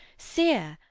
sere,